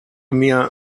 mir